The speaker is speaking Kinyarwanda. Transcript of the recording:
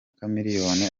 chameleone